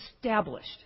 established